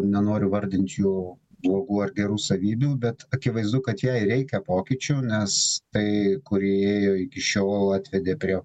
nenoriu vardinti jų blogų ar gerų savybių bet akivaizdu kad jai reikia pokyčių nes tai kur ji ėjo iki šiol atvedė prie